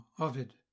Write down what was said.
Ovid